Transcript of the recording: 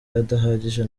adahagije